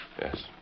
Yes